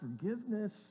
forgiveness